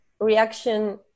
reaction